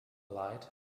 light